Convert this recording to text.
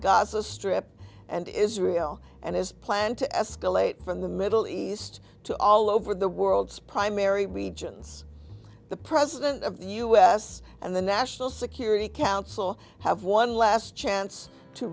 gaza strip and israel and its plan to escalate from the middle east to all over the world spry mary regence the president of the us and the national security council have one last chance to